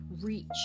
reach